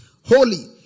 holy